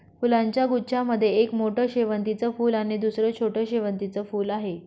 फुलांच्या गुच्छा मध्ये एक मोठं शेवंतीचं फूल आणि दुसर छोटं शेवंतीचं फुल आहे